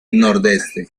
nordeste